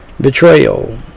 Betrayal